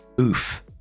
Oof